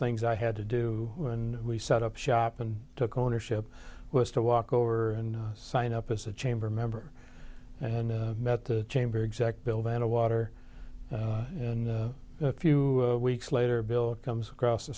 things i had to do when we set up shop and took ownership was to walk over and sign up as a chamber member and met the chamber exact bill van of water and a few weeks later bill comes across the